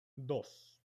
dos